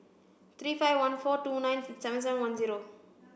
three five one four two nine seven seven one zero